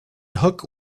hook